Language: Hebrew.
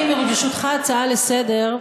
ברשותך, הצעה לסדר.